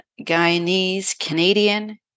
Guyanese-Canadian